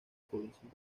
población